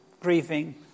grieving